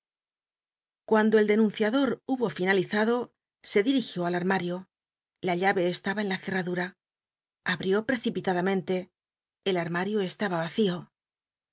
cuando el denunciador hubo rnalizado se dirigió al arm ll'io la llmc estaba en la cerradura abrió prccipiladamcntc el armario estaba vacio